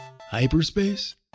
Hyperspace